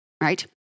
right